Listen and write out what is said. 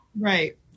Right